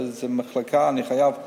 וזו מחלקה, אני חייב לומר,